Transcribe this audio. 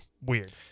weird